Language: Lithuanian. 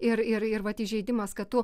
ir ir ir vat įžeidimas kad tu